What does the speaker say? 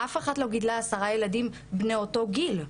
אבל אף אחד לא גידלה עשרה ילדים בני אותו הגיל.